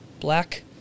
Black